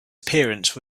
appearance